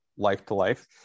life-to-life